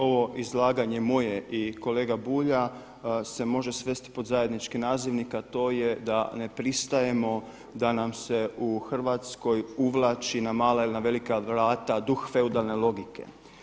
Ovo izlaganje moje i kolega Bulja se može svesti pod zajednički nazivnik, a to je da ne pristajemo da nam se u Hrvatskoj uvlači na mala ili velika vrata duh feudalne logike.